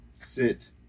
Sit